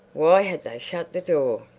why had they shut the door?